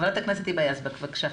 חברת הכנסת היבה יזבק, בקשה.